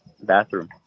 bathroom